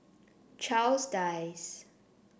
Charles Dyce